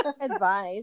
advice